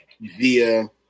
via